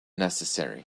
necessary